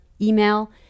email